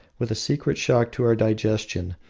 with a secret shock to our digestion,